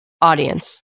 audience